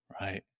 Right